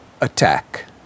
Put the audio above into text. attack